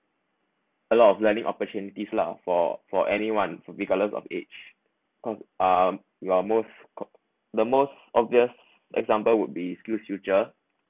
a lot of learning opportunities lah for for anyone regardless of age uh um you are most the most obvious example would be skillsfuture